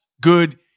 good